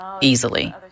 easily